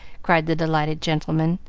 cried the delighted gentleman,